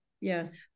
yes